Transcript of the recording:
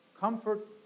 Comfort